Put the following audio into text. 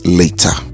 later